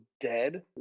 dead